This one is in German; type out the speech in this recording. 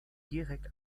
direkt